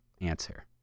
answer